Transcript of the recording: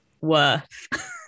worth